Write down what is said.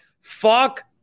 Fuck